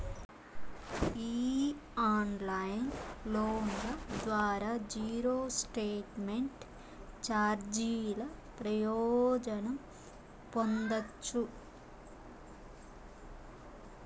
ఈ ఆన్లైన్ లోన్ల ద్వారా జీరో స్టేట్మెంట్ చార్జీల ప్రయోజనం పొందచ్చు